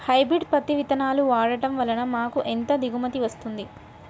Hybrid పత్తి విత్తనాలు వాడడం వలన మాకు ఎంత దిగుమతి వస్తుంది?